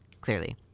clearly